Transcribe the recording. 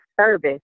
service